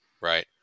right